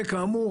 וכאמור,